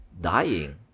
dying